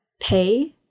pay